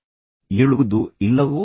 ಈ ಸಮಯದಲ್ಲಿ ಏಳುವುದೋ ಇಲ್ಲವೋ